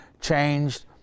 changed